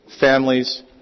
families